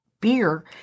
beer